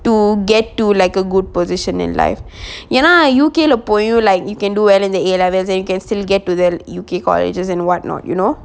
to get to like a good position in life ஏன்னா:eanna U_K lah போயும்:poyum like you can do all in the A levels you can still get to the U_K colleges and what not you know